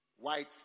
white